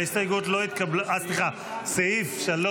סעיף 3,